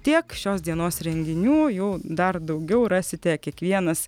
tiek šios dienos renginių jų dar daugiau rasite kiekvienas